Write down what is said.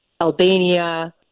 Albania